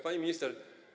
Pani Minister!